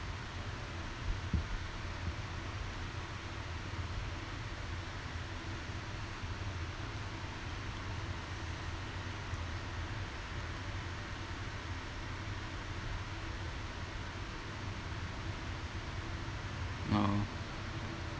no